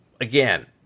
again